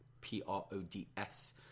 P-R-O-D-S